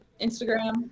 instagram